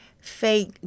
fake